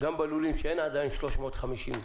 לרבות לול שראו בו לול חדש לפי כללי 2016,